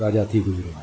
राजा थी गुज़रियो आहे